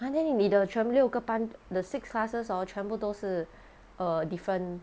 !huh! then 你的全六个班 the six classes hor 全部都是 err different